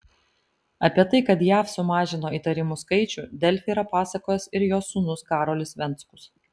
apie tai kad jav sumažino įtarimų skaičių delfi yra pasakojęs ir jos sūnus karolis venckus